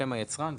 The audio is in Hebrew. שם היצרן,